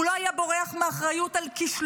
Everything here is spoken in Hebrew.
הוא לא היה בורח מאחריות על כישלונות,